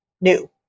new